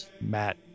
Matt